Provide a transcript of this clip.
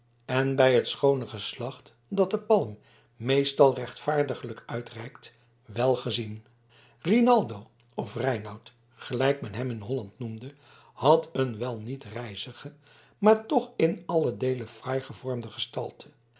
en bij het schoone geslacht dat den palm meestal rechtvaardiglijk uitreikt welgezien rinaldo of reinout gelijk men hem in holland noemde had een wel niet rijzige maar toch in allen deele fraai gevormde gestalte